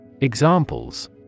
Examples